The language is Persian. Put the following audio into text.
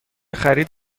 خرید